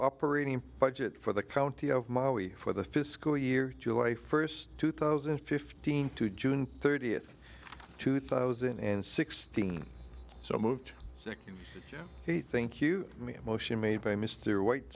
operating budget for the county of maui for the fiscal year july first two thousand and fifteen to june thirtieth two thousand and sixteen so moved he think you mean a motion made by mr white